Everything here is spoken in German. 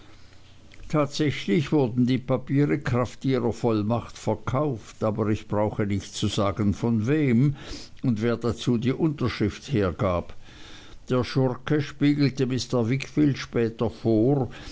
tatsächlich wurden die papiere kraft ihrer vollmacht verkauft aber ich brauche nicht zu sagen von wem und wer dazu die unterschrift hergab der schurke spiegelte mr wickfield später vor